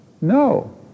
No